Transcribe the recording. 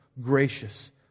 gracious